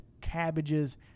cabbages